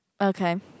Okay